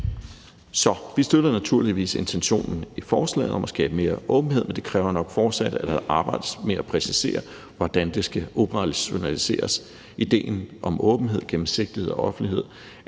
vi støtter naturligvis intentionen i forslaget om at skabe mere åbenhed, men det kræver nok fortsat, at der arbejdes med at præcisere, hvordan det skal operationaliseres. Idéen om åbenhed, gennemsigtighed og offentlighed